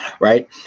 right